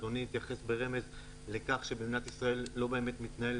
אדוני התייחס ברמז לכך שבמדינת ישראל לא באמת מתנהל